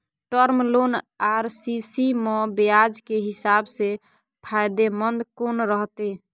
Term loan आ CC म ब्याज के हिसाब से फायदेमंद कोन रहते?